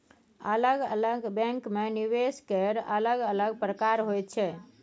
अलग अलग बैंकमे निवेश केर अलग अलग प्रकार होइत छै